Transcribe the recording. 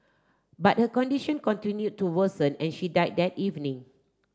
but her condition continue to worsen and she died that evening